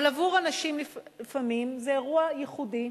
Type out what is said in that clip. אבל עבור אנשים לפעמים זה אירוע ייחודי.